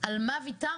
על מה ויתרנו.